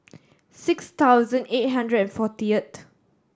six thousand eight hundred and fortieth